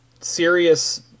serious